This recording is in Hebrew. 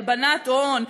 הלבנת הון,